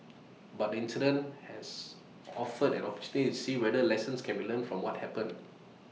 but the incident has offered an opportunity to see whether lessons can be learned from what happened